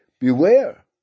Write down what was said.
beware